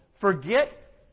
forget